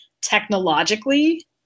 technologically